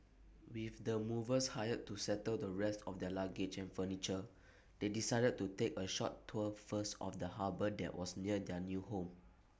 with the movers hired to settle the rest of their luggage and furniture they decided to take A short tour first of the harbour that was near their new home